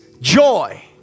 joy